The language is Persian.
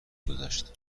گذشت